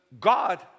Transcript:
God